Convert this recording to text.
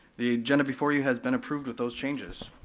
the agenda before you has been approved with those changes.